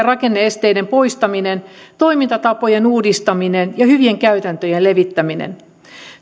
rakenne esteiden poistaminen toimintatapojen uudistaminen ja hyvien käytäntöjen levittäminen